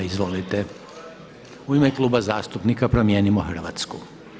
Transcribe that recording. Izvolite u ime Kluba zastupnika Promijenimo Hrvatsku.